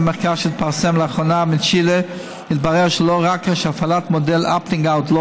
במחקר שהתפרסם לאחרונה מצ'ילה התברר שלא רק שהפעלת מודל opting out לא